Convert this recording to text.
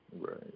Right